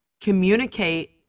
communicate